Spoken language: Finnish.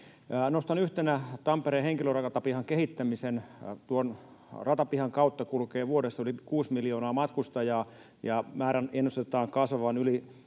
Nostan yhtenä Tampereen henkilöratapihan kehittämisen. Tuon ratapihan kautta kulkee vuodessa yli kuusi miljoonaa matkustajaa, ja määrän ennustetaan kasvavan yli